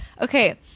okay